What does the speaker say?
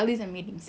I think